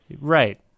Right